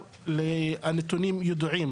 כל הנתונים כבר ידועים